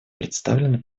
представленный